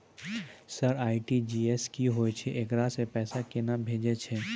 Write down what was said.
Sir RTGS की होय छै, एकरा से पैसा केना भेजै छै?